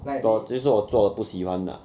orh 就是我做的不喜欢的 ah